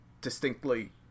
distinctly